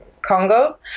Congo